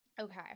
Okay